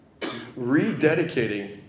rededicating